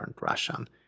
Russian